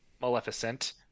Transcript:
Maleficent